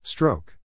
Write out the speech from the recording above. Stroke